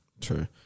True